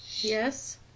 Yes